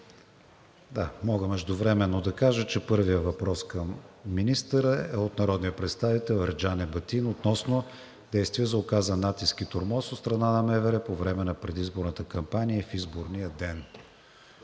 че мога междувременно да кажа, че първият въпрос към министъра е от народния представител Ерджан Ебатин относно действия за оказан натиск и тормоз от страна на МВР по време на предизборната кампания и в изборния ден.